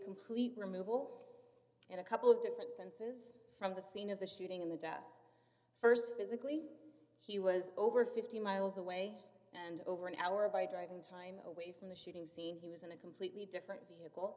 complete removal in a couple of different senses from the scene of the shooting in the death st physically he was over fifty miles away and over an hour by driving time the shooting scene he was in a completely different vehicle